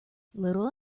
little